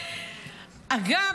אגב,